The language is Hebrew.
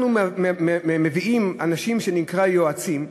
אנחנו מביאים אנשים שנקראים "יועצים",